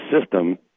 system